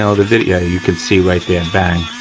ah the video you can see right there, bang,